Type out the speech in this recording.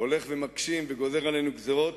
הולך ומקשיב וגוזר עלינו גזירות,